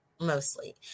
mostly